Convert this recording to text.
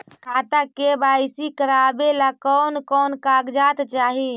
खाता के के.वाई.सी करावेला कौन कौन कागजात चाही?